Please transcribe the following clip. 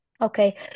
Okay